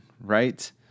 right